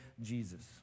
Jesus